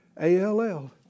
A-L-L